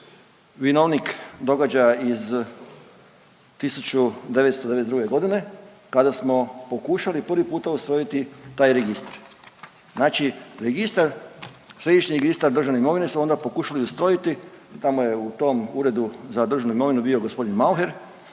događaja iz 1992. godine kada smo pokušali prvi puta ustrojiti taj registar. Znači registar Središnji registar državne imovine smo onda pokušali ustrojiti, tamo je u tom Uredu za državnu imovinu bio gospodin Mauher